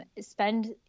spend